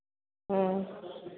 ह्म्म